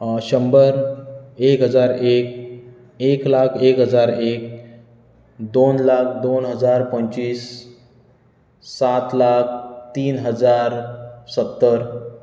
शंबर एक हजार एक एक लाख एक हजार एक दोन लाख दोन हजार पंचवीस सात लाख तीन हजार सत्तर